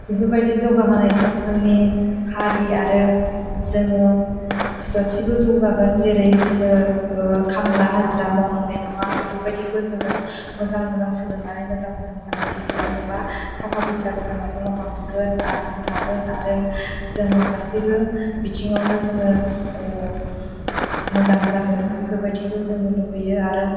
बेफोरबायदि जौगाहोनायजों जोंनि हारि आरो जोङो गासैबो जौगागोन जेरै जोङो खामला हाजिरा मावनांनाय नङा बेफोरबायदिखौ जोङो मोजां मोजां सोलोंनानै मोजां मोजां फालांगि खालामोबा थाखा फैसाबो जोंहा मुलाम्फा मोनगोन आरजिनो हागोन आरो जोङो गासैबो बिथिङावनो जोङो मोजां जागोन बेफोरबादिखौ जोङो लुबैयो आरो